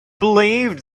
believed